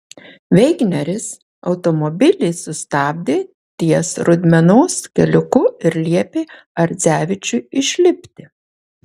veigneris automobilį sustabdė ties rudmenos keliuku ir liepė ardzevičiui išlipti